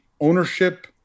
ownership